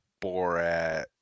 borat